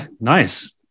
nice